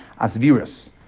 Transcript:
Asvirus